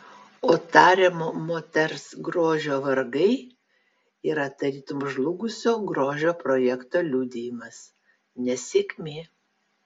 o tariamo moters grožio vargai yra tarytum žlugusio grožio projekto liudijimas nesėkmė